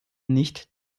nicht